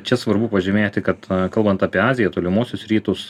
čia svarbu pažymėti kad kalbant apie aziją tolimuosius rytus